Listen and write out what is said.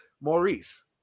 Maurice